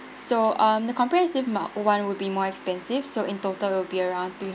so um the comprehensive mo~ [one] will be more expensive so in total will be around three